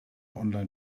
online